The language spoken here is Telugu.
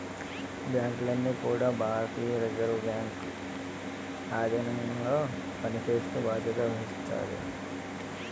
బ్యాంకులన్నీ కూడా భారతీయ రిజర్వ్ బ్యాంక్ ఆధీనంలో పనిచేస్తూ బాధ్యత వహిస్తాయి